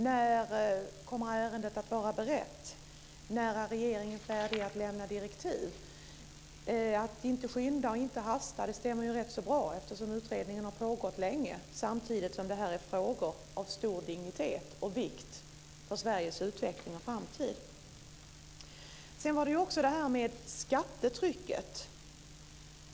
När kommer ärendet att vara berett? När är regeringen färdig att lämna direktiv? Att inte skynda och inte hasta stämmer rätt så bra, eftersom utredningen har pågått länge, samtidigt som det här är frågor av stor dignitet och vikt för Sveriges utveckling och framtid. Sedan var det detta med skattetrycket.